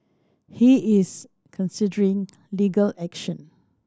he is considering legal action